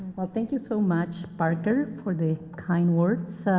thank you so much, parker for the kind words.